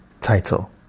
title